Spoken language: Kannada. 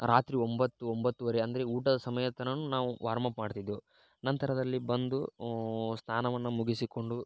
ರಾತ್ರಿ ಒಂಬತ್ತು ಒಂಬತ್ತುವರೆ ಅಂದರೆ ಊಟದ ಸಮಯ ತನಕ ನಾವು ವಾರ್ಮ್ ಅಪ್ ಮಾಡ್ತಿದ್ವು ನಂತರದಲ್ಲಿ ಬಂದು ಸ್ನಾನವನ್ನು ಮುಗಿಸಿಕೊಂಡು